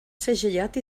segellat